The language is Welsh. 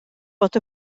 bod